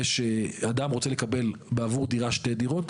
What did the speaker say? אדם רוצה לקבל בעבור דירה שתי דירות,